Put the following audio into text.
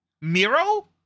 Miro